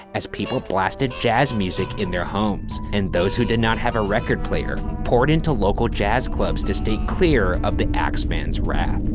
as people blasted jazz music in their homes. and those who did not have a record player, poured into local jazz clubs to stay clear of the axeman's wrath.